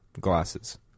glasses